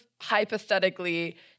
hypothetically